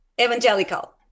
evangelical